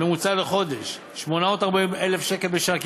בממוצע לחודש, 840,000 שקל בשנה.